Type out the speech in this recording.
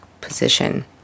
position